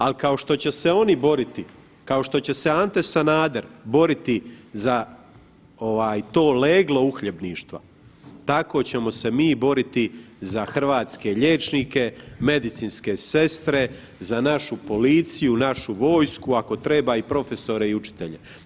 Al kao što će se oni boriti, kao što će se Ante Sanader boriti za ovaj to leglo uhljebništva, tako ćemo se mi boriti za hrvatske liječnike, medicinske sestre, za našu policiju, našu vojsku, ako treba i profesore i učitelje.